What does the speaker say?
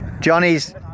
Johnny's